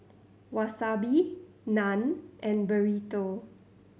Wasabi Naan and Burrito